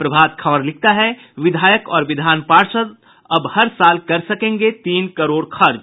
प्रभात खबर लिखता है विधायक और विधान पार्षद अब हर साल कर सकेंगे तीन करोड़ खर्च